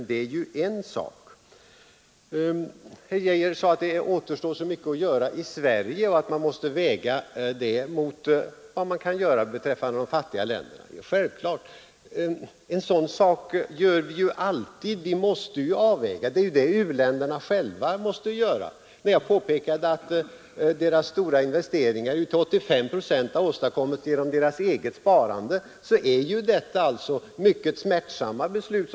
Herr Geijer sade att det återstår mycket att göra i Sverige och att detta måste vägas mot vad man kan göra för de fattiga länderna. Ja, det är självklart. Det gör vi alltid. Vi måste avväga. Det är vad u-länderna själva måste göra. Jag påpekade att deras stora investeringar till 85 procent åstadkommits genom eget sparande. Det har då rört sig om mycket smärtsamma beslut.